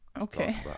okay